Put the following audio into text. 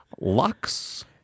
Lux